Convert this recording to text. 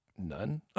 none